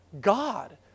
God